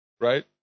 Right